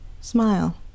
smile